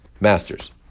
Masters